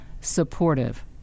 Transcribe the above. supportive